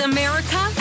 America